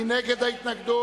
מי נגד ההתנגדות?